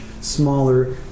smaller